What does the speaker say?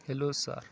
hello sir